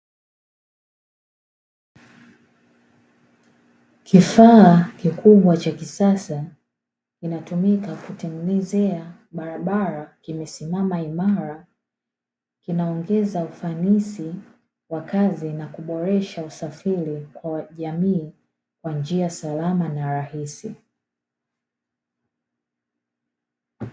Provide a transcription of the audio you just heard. Kifaa kikubwa cha kisasa kinatumika kutengenezea barabara imesimama imara, kinaongeza ufanisi wa kazi na kuboresha usafiri kwa jamii kwa njia salama na rahisi.